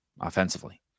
offensively